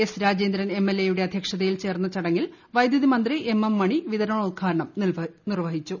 S Rajendran M L A യുടെ അധ്യക്ഷതയിൽ ചേർന്ന ചടങ്ങിൽവൈദുതി മന്ത്രി എം എം മണി വിതരണോദ്ഘാടനം നിർവ്വഹിച്ചു